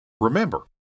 Remember